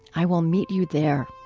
i will meet you there.